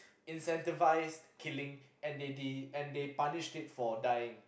incentivize killing and they de~ and they punished it for dying